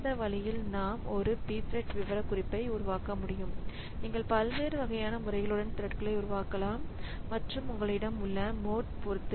இந்த வழியில் நாம் ஒரு P thread விவரக்குறிப்பை உருவாக்க முடியும் நீங்கள் பல்வேறு வகையான முறைகளுடன் த்ரெட்களை உருவாக்கலாம் மற்றும் உங்களிடம் உள்ள மோட் பொறுத்து